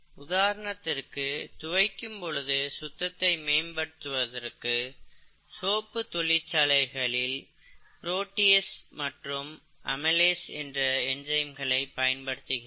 உதாரணத்திற்கு துவைக்கும் பொழுது சுத்தத்தை மேம்படுத்துவதற்கு சோப்பு தொழிற்சாலைகள் ப்ரோடீஸ் மற்றும் அமைலேஸ் என்ற என்சைம்களை பயன்படுத்துகிறார்கள்